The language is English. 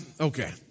okay